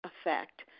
effect